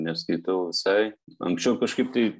neskaitau visai anksčiau kažkaip tai